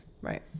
Right